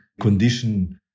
condition